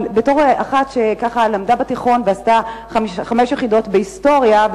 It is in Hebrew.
בתור אחת שלמדה ועשתה בתיכון חמש יחידות בהיסטוריה,